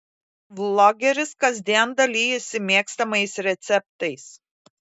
vlogeris kasdien dalijasi mėgstamais receptais